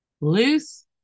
Loose